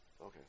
Okay